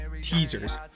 teasers